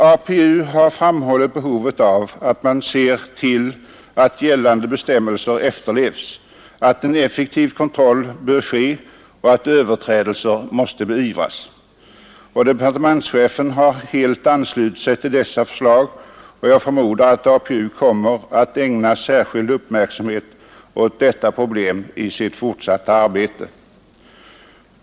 APU har framhållit behovet av att man ser till att gällande bestämmelser efterlevs, att en effektiv kontroll sker och att överträdelser beivras. Departementschefen har helt anslutit sig till dessa förslag, och jag förmodar att APU kommer att ägna särskild uppmärksamhet åt detta problem i sitt fortsatta arbete.